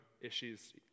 issues